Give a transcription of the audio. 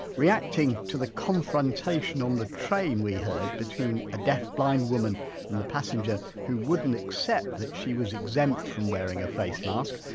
reacting to the confrontation on the train we heard, between a deafblind woman and the passenger who wouldn't accept that she was exempt from wearing a face mask,